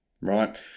right